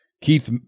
Keith